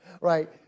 right